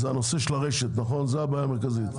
הנושא של הרשת הוא הבעיה המרכזית, נכון?